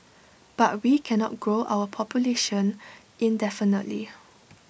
but we cannot grow our population indefinitely